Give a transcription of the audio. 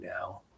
now